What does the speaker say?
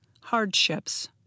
hardships